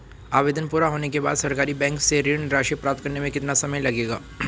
आवेदन पूरा होने के बाद सरकारी बैंक से ऋण राशि प्राप्त करने में कितना समय लगेगा?